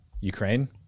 Ukraine